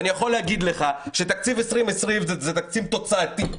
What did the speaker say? ואני יכול להגיד לך שתקציב 2020 זה תקציב תוצאתי.